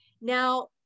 now